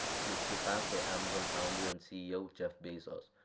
he was surpassed by amazon founder and ceo jeff bezos,